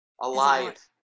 Alive